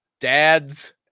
dads